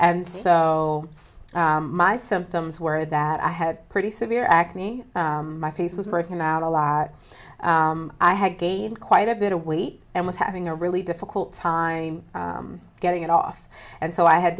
and so my symptoms were that i had pretty severe acne my face was working out a lot i had gained quite a bit of weight and was having a really difficult time getting it off and so i had